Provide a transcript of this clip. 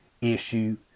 issue